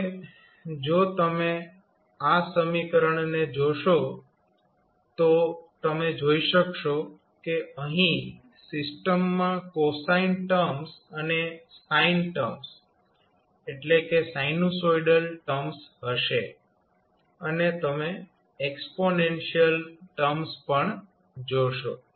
હવે જો તમે આ સમીકરણને જોશો તો તમે જોઈ શકશો કે અહીં સિસ્ટમમાં કોસાઇન ટર્મ્સ અને સાઇન ટર્મ્સ એટલે કે સાઇનુંસોઈડલ ટર્મ્સ હશે અને તમે એક્સ્પોનેન્શિયલ ટર્મ્સ પણ જોશો